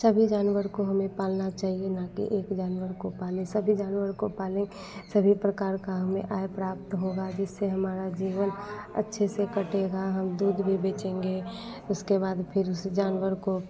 सभी जानवर को हमें पालना चाहिए न कि एक जानवर को पालें सभी जानवर को पालें सभी प्रकार का हमें आय प्राप्त होगा जिससे हमारा जीवन अच्छे से कटेगा हम दूध भी बेचेंगे उसके बाद फ़िर उस जानवर को